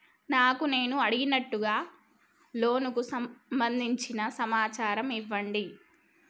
నాకు నేను అడిగినట్టుగా లోనుకు సంబందించిన సమాచారం ఇయ్యండి?